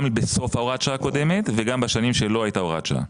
גם בסוף הוראת השעה הקודמת וגם בשנים שלא הייתה הוראת שעה.